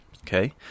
okay